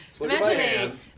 Imagine